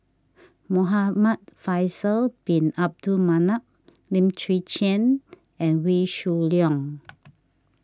Muhamad Faisal Bin Abdul Manap Lim Chwee Chian and Wee Shoo Leong